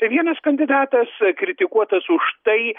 vienas kandidatas kritikuotas už tai